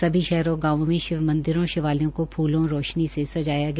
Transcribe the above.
सभी शहरों और गांवों में शिव मंदिरों और शिवालयों को फूलों और रोशनी से सजाया गया